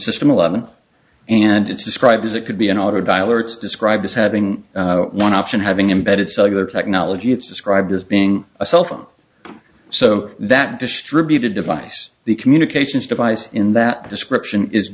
system eleven and it's described as it could be an auto dialer it's described as having one option having embedded cellular technology it's described as being a cell phone so that distributed device the communications device in that description is